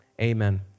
amen